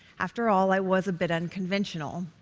after all, i was a bit unconventional.